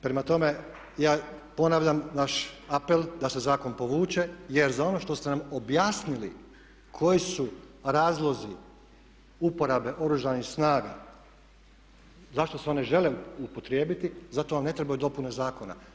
Prema tome, ja ponavljam naš apel da se zakon povuče jer za ono što ste nam objasnili koji su razlozi uporabe Oružanih snaga zašto se one žele upotrijebiti za to vam ne trebaju dopune zakona.